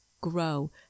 grow